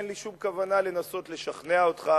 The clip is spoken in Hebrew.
אין לי שום כוונה לנסות לשכנע אותך.